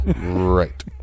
Right